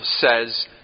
says